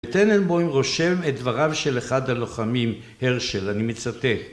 ‫טננבוים רושם את דבריו ‫של אחד הלוחמים, הרשל, אני מצטט.